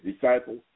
disciples